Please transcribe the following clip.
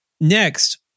next